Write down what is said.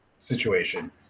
situation